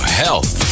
health